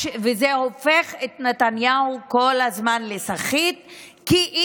זה הופך את נתניהו לסחיט כל הזמן כי